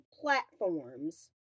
platforms